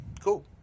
cool